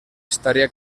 estaria